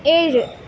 ഏഴ്